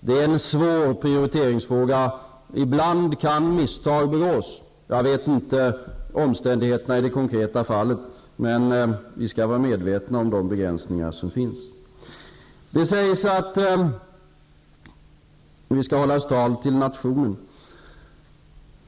Det är en svår prioriteringsfråga. Ibland kan misstag begås. Jag känner inte till omständigheterna i det konkreta fall som här nämns, men vi skall vara medvetna om att det faktiskt finns begränsningar. Det sägs att vi skall hålla ett tal till nationen.